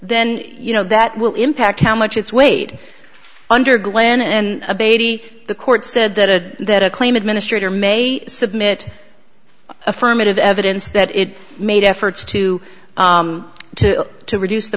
then you know that will impact how much it's weighed under glenn and a baby the court said that a that a claim administrator may submit affirmative evidence that it made efforts to to to reduce the